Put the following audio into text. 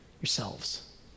yourselves